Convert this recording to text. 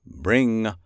bring